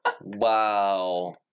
Wow